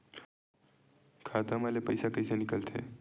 खाता मा ले पईसा कइसे निकल थे?